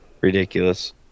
ridiculous